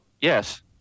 yes